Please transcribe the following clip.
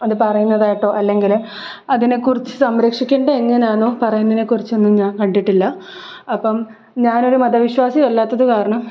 അത് പറയുന്നതായിട്ടോ അല്ലെങ്കിൽ അതിനെക്കുറിച്ച് സംരക്ഷിക്കേണ്ടത് എങ്ങനെയാണെന്നോ പറയുന്നതിനെക്കുറിച്ചൊന്നും ഞാൻ കണ്ടിട്ടില്ല അപ്പം ഞാനൊരു മതവിശ്വാസി അല്ലാത്തത് കാരണം